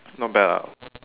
not bad lah